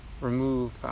remove